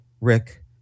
Rick